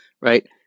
right